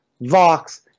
Vox